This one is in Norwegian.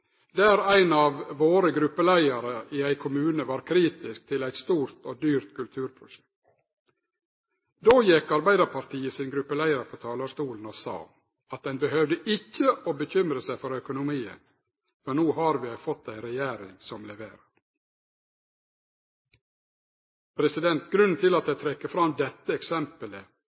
der ein av våre gruppeleiarar i ein kommune var kritisk til eit stort og dyrt kulturprosjekt. Då gjekk Arbeidarpartiet sin gruppeleiar på talarstolen og sa at ein behøvde ikkje å bekymre seg for økonomien, for no har vi fått ei regjering som leverer. Grunnen til at eg trekkjer fram dette eksempelet,